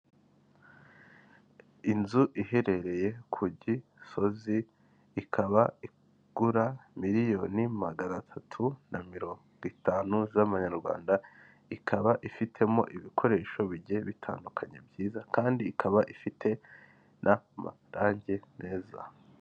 Inzu iherereye ku Gisozi, ikaba igura miliyoni magana atatu na mirongo itanu z'amanyarwanda, ikaba ifitemo ibikoresho bigiye bitandukanye byiza kandi ikaba ifite n'amarange meza.